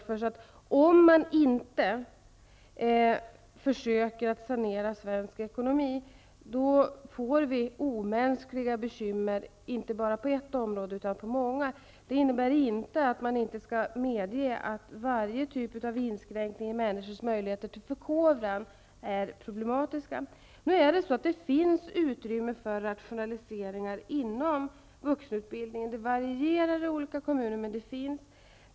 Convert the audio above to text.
Om vi inte försöker sanera svensk ekonomi kommer vi att få omänskliga bekymmer, inte bara på ett område utan på många områden. Det innebär inte att vi inte skall medge att varje inskränkning i människors möjligheter att förkovra sig är problematisk. Det finns utrymme för rationaliseringar inom vuxenutbildningen, även om det varierar i olika kommuner.